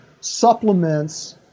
supplements